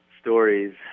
stories